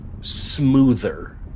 smoother